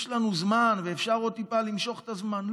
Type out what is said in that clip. יש לנו זמן ואפשר עוד טיפה למשוך את הזמן.